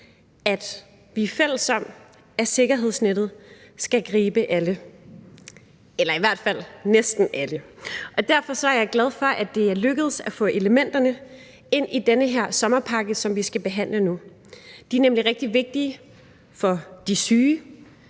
at vi er fælles om, at sikkerhedsnettet skal gribe alle – eller i hvert fald næsten alle – og derfor er jeg glad for, at det er lykkedes at få elementerne ind i den her sommerpakke, som vi skal behandle nu. De er nemlig rigtig vigtige for de syge